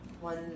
one